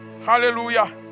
Hallelujah